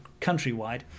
countrywide